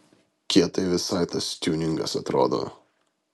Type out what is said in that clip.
kietai visai tas tiuningas atrodo